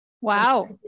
Wow